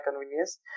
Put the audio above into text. convenience